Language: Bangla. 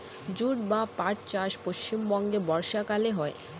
জুট বা পাট চাষ পশ্চিমবঙ্গে বর্ষাকালে হয়